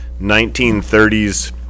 1930s